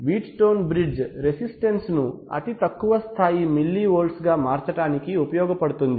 wheat stone bridge resistance ను అతి తక్కువ స్థాయి మిల్లి వొల్ట్స్ గా మార్చడానికి ఉపయోగపడుతుంది